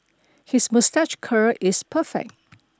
his moustache curl is perfect